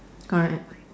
correct